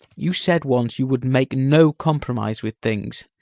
you said once you would make no compromise with things.